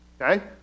okay